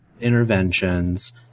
interventions